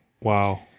Wow